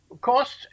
costs